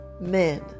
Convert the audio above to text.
men